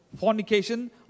fornication